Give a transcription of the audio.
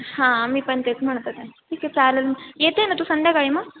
हां मी पण तेच म्हणत होते ठीक आहे चालेल येते ना तू संध्याकाळी मग